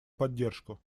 поддержку